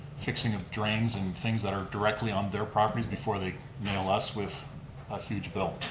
fixing of drains and things that are directly on their properties before they nail us with a huge bill.